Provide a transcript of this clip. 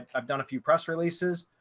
i've done a few press releases.